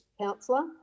councillor